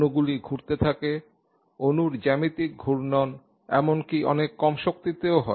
অণুগুলি ঘুরতে থাকে অণুর জ্যামিতিক ঘূর্ণন এমনকি অনেক কম শক্তিতেও হয়